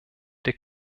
der